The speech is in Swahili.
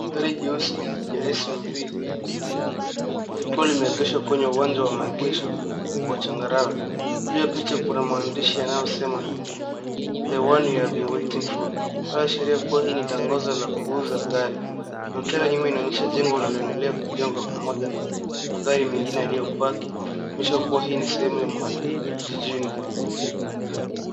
Gari jeusi ya SUV lilikuwa limeegeshwa kwenye uwanja wa maegesho wa changarawe. Juu ya picha kuna maandishi yanayosema the one we've been waiting for loashiria kuwa hii ni tangazo la kuuza gari. Mandhari ya nyuma inaonyesha jengo linaloendelea kujengwa pamoja na magari mengine yaliyopaki onyesha kuwa hii ni sehemu ya kijijini.